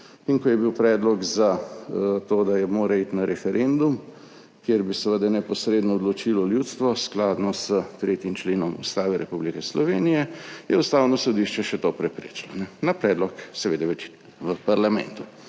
in ko je bil predlog za to, mora iti na referendum, kjer bi seveda neposredno odločilo ljudstvo, skladno s 3. členom Ustave Republike Slovenije, je Ustavno sodišče še to preprečilo, seveda na predlog večine v parlamentu.